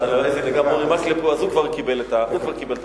גם אורי מקלב פה, אז הוא כבר קיבל את המחמאה.